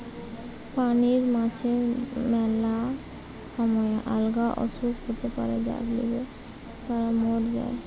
পানির মাছের ম্যালা সময় আলদা অসুখ হতে পারে যার লিগে তারা মোর যায়